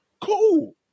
cool